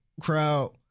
crowd